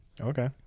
Okay